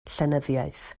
llenyddiaeth